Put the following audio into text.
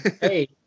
hey